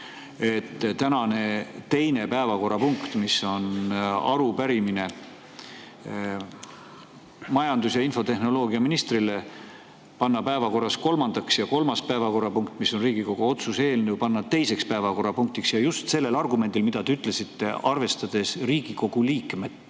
Tänase teise päevakorrapunkti, mis on arupärimine majandus- ja infotehnoloogiaministrile, võiks panna päevakorras kolmandaks ja kolmanda päevakorrapunkti, mis on Riigikogu otsuse eelnõu, võiks panna teiseks päevakorrapunktiks. Seda just lähtudes argumendist, mis te ütlesite, arvestades Riigikogu liikmete